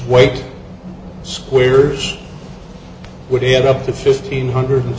white squares would add up to fifteen hundred